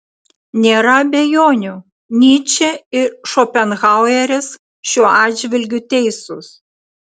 nėra abejonių nyčė ir šopenhaueris šiuo atžvilgiu teisūs